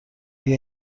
بیا